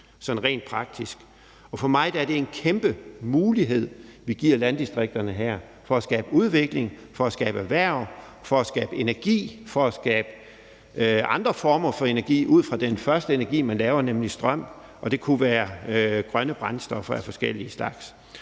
sådan rent praktisk, og for mig er det en kæmpe mulighed, vi giver landdistrikterne her for at skabe udvikling, for at skabe erhverv, for at skabe energi, for at skabe andre former for energi ud fra den første energi, man laver, nemlig strøm, og det kunne være grønne brændstoffer af forskellig slags.